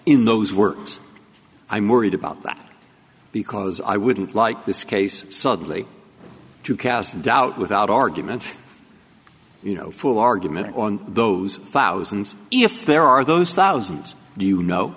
in those words i'm worried about that because i wouldn't like this case suddenly to cast doubt without argument you know full argument on those thousands if there are those thousands do you know